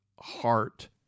heart